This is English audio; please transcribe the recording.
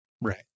Right